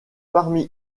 parmi